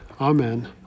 amen